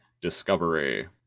Discovery